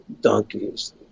donkeys